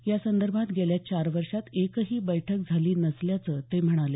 यासंदर्भात गेल्या चार वर्षात एकही बैठक झाली नसल्याचं ते म्हणाले